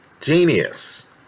genius